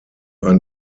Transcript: ein